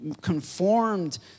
conformed